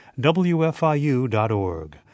wfiu.org